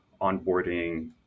onboarding